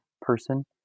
person